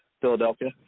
Philadelphia